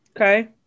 Okay